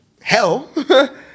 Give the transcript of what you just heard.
Hell